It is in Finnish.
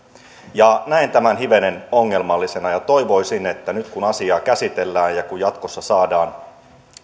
näen tämän hivenen ongelmallisena ja toivoisin että mietitään nyt kun asiaa käsitellään ja kun jatkossa saadaan